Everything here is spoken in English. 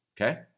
okay